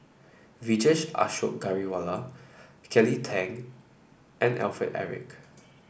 Vijesh Ashok Ghariwala Kelly Tang and Alfred Eric